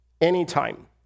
Anytime